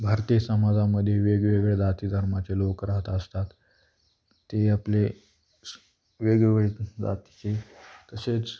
भारतीय समाजामध्ये वेगवेगळे जाती धर्माचे लोक राहत असतात ते आपले वेगवेगळे जातीचे तसेच